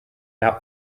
out